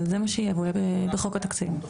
אבל זה מה שיהיה והוא יהיה בחוק התקציב.